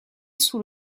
sous